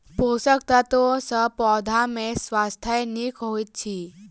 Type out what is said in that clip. पोषक तत्व सॅ पौधा के स्वास्थ्य नीक होइत अछि